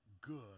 good